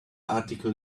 article